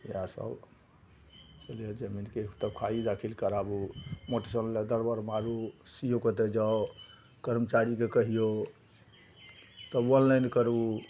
इएहसब पहिले जमीनके तब खारिज दाखिल कराबू मुटेशन लै दरबर मारू सी ओ कतए जाउ करमचारीके कहिऔ तब ऑनलाइन करू